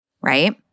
right